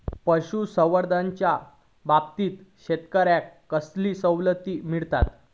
पशुसंवर्धनाच्याबाबतीत शेतकऱ्यांका कसले सवलती मिळतत?